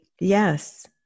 Yes